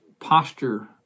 posture